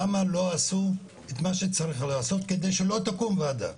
למה לא עשו את מה שצריך לעשות כדי שלא תקום וועדה?